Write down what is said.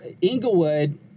Inglewood